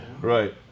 Right